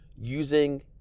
using